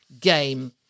game